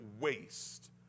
waste